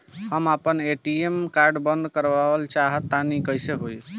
हम आपन ATM card बंद करावल चाह तनि कइसे होई?